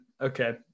Okay